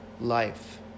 life